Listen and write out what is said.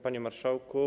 Panie Marszałku!